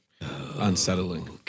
unsettling